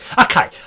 Okay